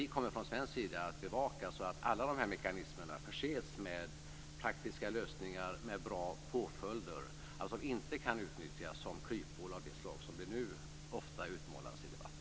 Vi kommer från svensk sida att bevaka att alla dessa mekanismer förses med praktiska lösningar med bra påföljder så att de inte kan utnyttjas som kryphål, så som det nu ofta utmålas i debatten.